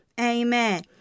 Amen